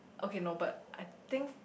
okay no but I think